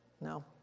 no